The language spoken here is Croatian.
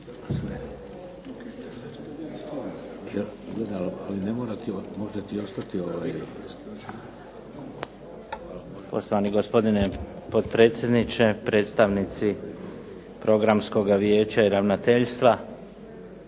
Poštovani gospodine potpredsjedniče, predstavnici Programskoga vijeća i ravnateljstva.